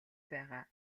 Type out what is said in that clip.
байгаа